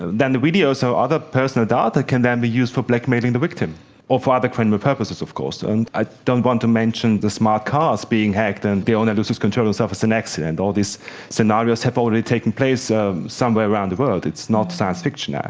then the videos or so other personal data can then be used for blackmailing the victim or for other criminal purposes of course, and i don't want to mention the smart cars being hacked and the owner loses control and suffers an accident. all these scenarios have already taken place somewhere around the world, it's not science fiction. yeah